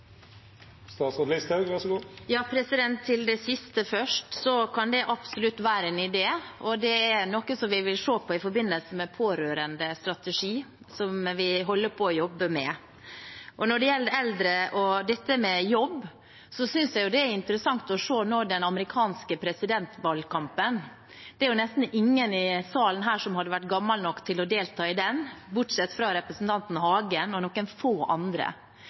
noe vi vil se på i forbindelse med pårørendestrategien, som vi holder på å jobbe med. Når det gjelder eldre og dette med jobb, synes jeg det er interessant å se den amerikanske presidentvalgkampen. Det er nesten ingen i salen her som hadde vært gammel nok til å delta i den, bortsett fra representanten Hagen og noen få andre.